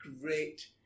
great